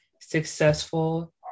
successful